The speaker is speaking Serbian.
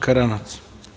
Karanac.